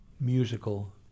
musical